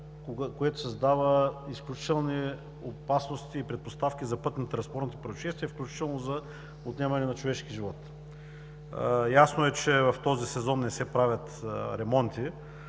което създава изключителни опасности и предпоставки за пътнотранспортни произшествия, включително и за отнемане на човешки живот. Ясно е, че в този сезон не се правят ремонти